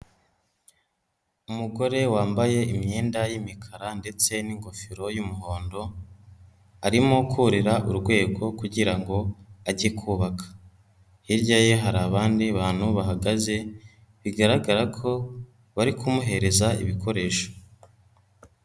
Umugore wambaye imyenda y'imikara ndetse n'ingofero y'umuhondo arimokurira urwego kugira ngo ajye kubaka, hirya ye hari abandi bantu bahagaze bigaragara ko bari kumuhereza ibikoresho.